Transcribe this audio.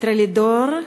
"טרלידור",